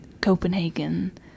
Copenhagen